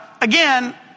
again